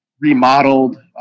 remodeled